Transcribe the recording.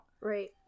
Right